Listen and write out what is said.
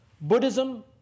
Buddhism